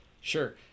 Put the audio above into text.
Sure